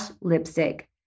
lipstick